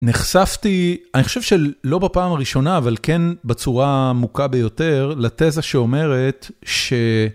נחשפתי, אני חושב שלא בפעם הראשונה, אבל כן בצורה עמוקה ביותר, לתזה שאומרת ש...